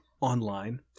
online